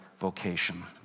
vocation